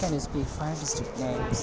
N S